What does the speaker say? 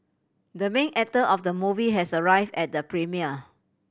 the main actor of the movie has arrive at the premiere